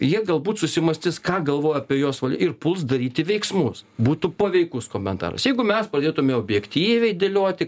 jie galbūt susimąstys ką galvo apie juos ir puls daryti veiksmus būtų paveikus komentaras jeigu mes pradėtume objektyviai dėlioti